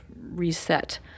reset